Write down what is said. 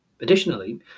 Additionally